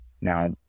Now